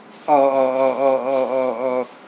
uh uh uh uh uh uh uh